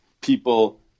people